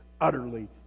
utterly